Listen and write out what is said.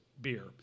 beer